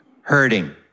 hurting